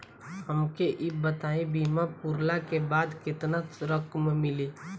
हमके ई बताईं बीमा पुरला के बाद केतना रकम मिली?